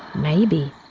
maybe.